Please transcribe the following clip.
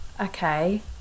okay